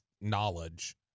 knowledge